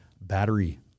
battery